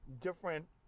different